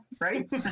Right